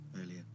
earlier